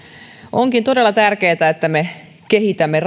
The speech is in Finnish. onkin todella tärkeätä että me kehitämme